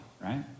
right